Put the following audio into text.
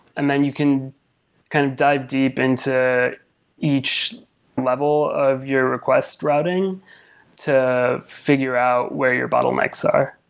and then you can kind of dive deep into each level of your request routing to figure out where your bottlenecks are.